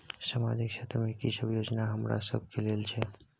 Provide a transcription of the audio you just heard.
सामाजिक क्षेत्र में की सब योजना हमरा सब के लेल छै?